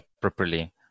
properly